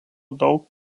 daug